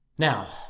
Now